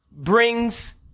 Brings